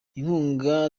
inkunga